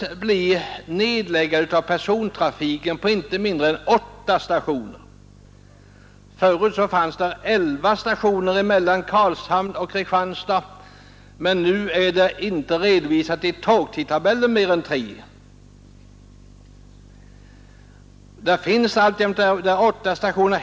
Vad persontrafiken beträffar så kommer inte mindre än åtta stationer att läggas ned. Tidigare fanns det elva stationer mellan Karlshamn och Kristianstad, men nu redovisas inte fler än tre i tågtidtabellen.